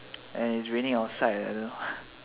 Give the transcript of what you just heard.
and it's raining outside leh I don't know